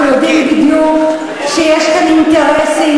אנחנו יודעים בדיוק שיש כאן אינטרסים